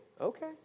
Okay